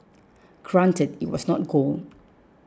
granted it was not gold